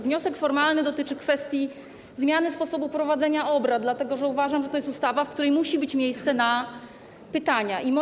Wniosek formalny dotyczy kwestii zmiany sposobu prowadzenia obrad, dlatego że uważam, że to jest ustawa, w przypadku której musi być miejsce na zadawanie pytań.